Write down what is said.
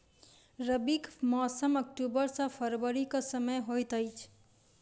रबीक मौसम अक्टूबर सँ फरबरी क समय होइत अछि